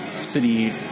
city